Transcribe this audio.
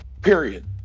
Period